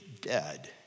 dead